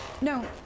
No